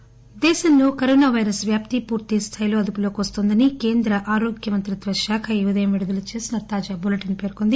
corona నేషస్ దేశంలో corona virus వ్యాప్తి పూర్తిస్థాయిలో అదుపులోకి వస్తోందని కేంద్ర ఆరోగ్య మంత్రిత్వ శాఖ ఈ ఉదయం విడుదల చేసిన తాజా బులెటిన్ పేర్కొంది